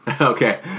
Okay